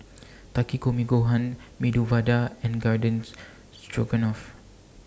Takikomi Gohan Medu Vada and Gardens Stroganoff